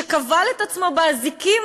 שכבל את עצמו באזיקים,